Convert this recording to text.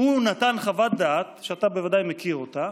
הוא נתן חוות דעת, שאתה בוודאי מכיר אותה,